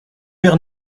père